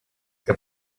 che